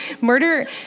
Murder